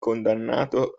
condannato